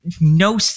no